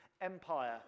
empire